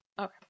Okay